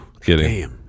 kidding